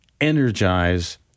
energize